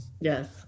Yes